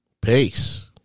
Peace